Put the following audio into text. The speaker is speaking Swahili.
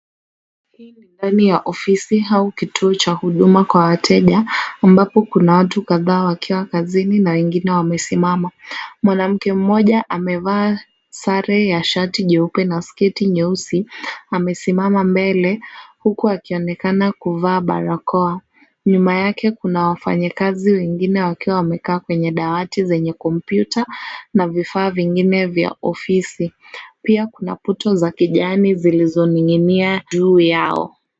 Hii ni ndani ya ofisi au kituo cha huduma kwa wateja ambapo kuna watu kadhaa wakiwa kazini na wengine wamesimama. Mwanamke mmoja amevaa sare ya shati jeupe na sketi nyeusi amesimama mbele huku akionekana kuvaa barakoa. Nyuma yake kuna wafanyikazi wengine wakiwa wamekaa kwenye dawati zenye kompyuta na vifaa vingine vya ofisi. Pia kuna puto za kijani zilizoning'inia juu yao.